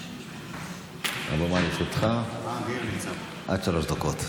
הבמה לרשותך, עד שלוש דקות.